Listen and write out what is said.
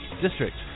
district